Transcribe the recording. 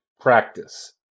practice